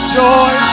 joy